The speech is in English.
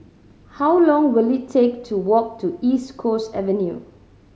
how long will it take to walk to East Coast Avenue